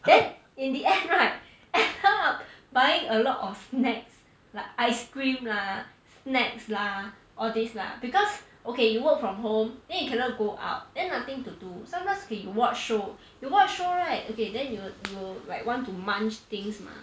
that in the end right end up buying a lot of snacks like ice cream lah snacks lah all these lah because okay you work from home then you cannot go out then nothing to do sometimes when you watch show you watch show right okay then you will you will like want to munch things mah